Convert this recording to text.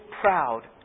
proud